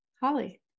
Holly